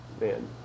man